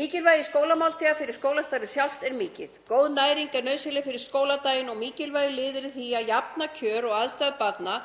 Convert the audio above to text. Mikilvægi skólamáltíða fyrir skólastarfið sjálft er mikið. Góð næring er nauðsynleg fyrir skóladaginn og mikilvægur liður í því að jafna kjör og aðstæður barna